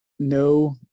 No